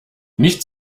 nicht